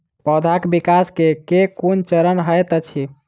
पौधाक विकास केँ केँ कुन चरण हएत अछि?